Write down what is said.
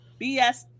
BS